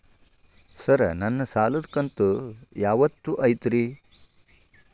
Sir ನನ್ನ ಸಾಲದ ಕಂತು ಯಾವತ್ತೂ ಐತ್ರಿ?